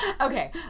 Okay